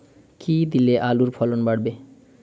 কী দিলে আলুর ফলন বাড়বে?